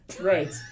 right